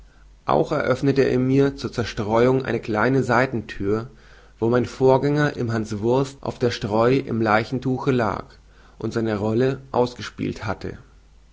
auch eröffnete er mir zur zerstreuung eine kleine seitenthür wo mein vorgänger im hanswurst auf der streu im leichentuche lag und seine rolle ausgespielt hatte